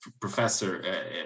professor